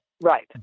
right